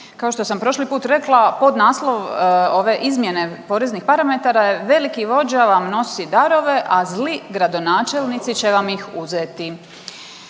Kao što sam prošli put rekla podnaslov ove izmjene poreznih parametara veliki vođa vam nosi darove, a zli gradonačelnici će vam ih uzeti.